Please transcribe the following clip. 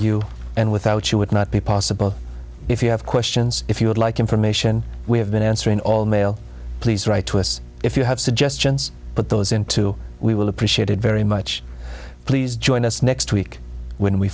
you and without you would not be possible if you have questions if you would like information we have been answering all mail please write to us if you have suggestions put those into we will appreciate it very much please join us next week when we